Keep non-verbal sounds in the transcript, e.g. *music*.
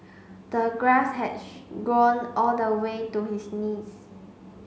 the grass had *unintelligible* grown all the way to his knees